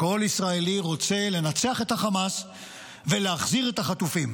רוצה לנצח את החמאס ולהחזיר את החטופים.